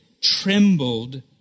trembled